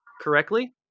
correctly